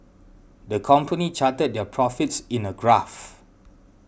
the company charted their profits in a graph